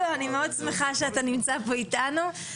אני מאוד שמחה שאתה נמצא פה איתנו,